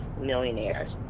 millionaires